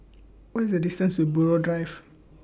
What IS The distance to Buroh Drive